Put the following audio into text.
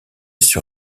sur